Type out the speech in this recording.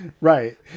Right